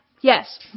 Yes